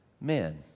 men